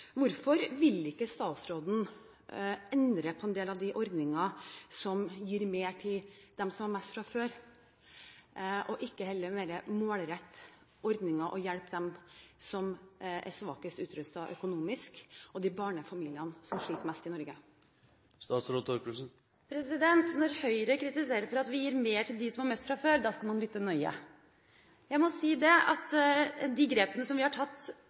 Hvorfor vil ikke statsråden endre på en del av de ordningene som gir mer til dem som har mest fra før, og heller målrette ordninger mer og hjelpe de som er svakest utrustet økonomisk, og de barnefamiliene i Norge som sliter mest? Når Høyre kritiserer oss for at vi gir mer til dem som har mest fra før, skal man lytte nøye. Jeg må si at når de grepene som vi har tatt